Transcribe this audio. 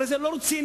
הרי זה לא רציני.